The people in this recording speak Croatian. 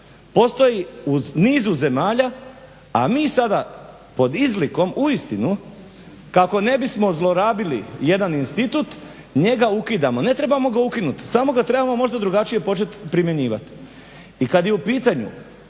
Postoji u nizu zemalja, a mi sada pod izlikom uistinu kako ne bismo zlorabili jedan institut njega ukidamo. Ne trebamo ga ukinuti samo ga trebamo možda drugačije počet primjenjivati.